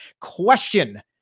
Question